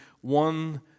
one